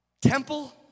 temple